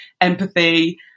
empathy